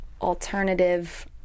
alternative